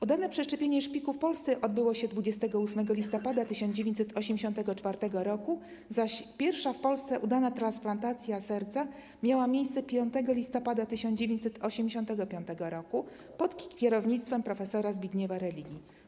Udane przeszczepienie szpiku w Polsce odbyło się 28 listopada 1984 r., zaś pierwsza w Polsce udana transplantacja serca miała miejsce 5 listopada 1985 r., pod kierownictwem prof. Zbigniewa Religi.